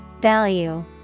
Value